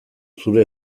zure